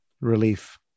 relief